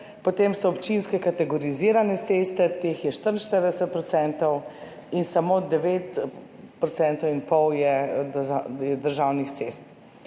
potem so občinske kategorizirane ceste, teh je 44 %, in samo 9,5 % je državnih cest.